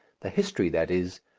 the history, that is,